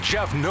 Jeff